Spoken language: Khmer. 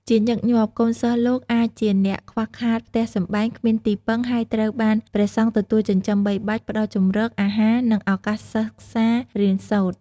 ជាញឹកញាប់ កូនសិស្សលោកអាចជាអ្នកខ្វះខាតផ្ទះសម្បែង គ្មានទីពឹង ហើយត្រូវបាន ព្រះសង្ឃទទួលចិញ្ចឹមបីបាច់ ផ្តល់ជម្រក អាហារ និងឱកាសសិក្សារៀនសូត្រ។